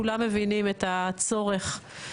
כולם מבינים את הצורך.